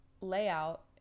layout